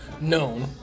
known